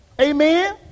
Amen